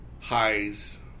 highs